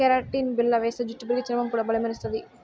keratin బిల్ల వేస్తే జుట్టు పెరిగి, చర్మం కూడా బల్లే మెరస్తది